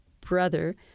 brother